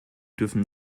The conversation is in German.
dürfen